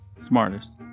Smartest